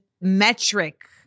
metric